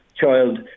child